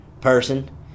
person